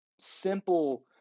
simple